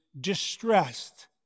distressed